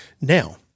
Now